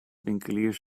winkeliers